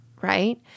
right